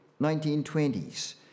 1920s